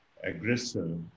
aggressive